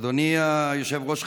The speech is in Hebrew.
אדוני היושב-ראש,